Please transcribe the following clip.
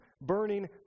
burning